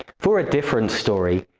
for a different story,